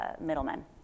middlemen